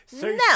no